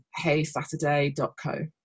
heysaturday.co